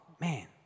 man